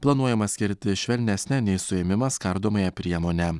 planuojama skirti švelnesnę nei suėmimas kardomąją priemonę